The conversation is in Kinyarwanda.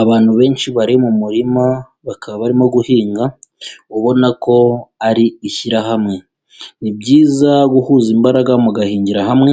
Abantu benshi bari mu murima bakaba barimo guhinga, ubona ko ari ishyirahamwe, ni byiza guhuza imbaraga mugahingira hamwe